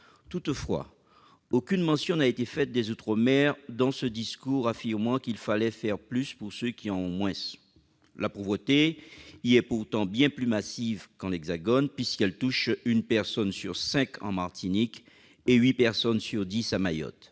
Toutefois, aucune mention n'a été faite des outre-mer dans ce discours affirmant qu'il fallait « faire plus pour ceux qui ont moins ». La pauvreté y est pourtant bien plus massive qu'en Hexagone puisqu'elle touche une personne sur cinq en Martinique et huit personnes sur dix à Mayotte,